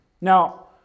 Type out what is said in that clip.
Now